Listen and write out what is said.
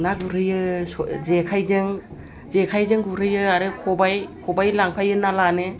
ना गुरहैयो जेखाइजों गुरहैयो आरो खबाइ खबाइ लांफायो ना लानो